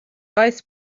vice